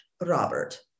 Robert